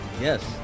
Yes